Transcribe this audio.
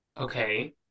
Okay